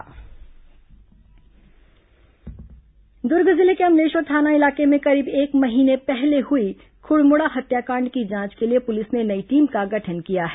खुडमुड़ा हत्याकांड दुर्ग जिले के अमलेश्वर थाना इलाके में करीब एक महीने पहले हुई खुड़मुड़ा हत्याकांड की जांच के लिए पुलिस ने नई टीम का गठन किया है